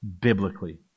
biblically